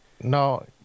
No